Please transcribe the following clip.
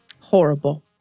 Horrible